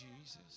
Jesus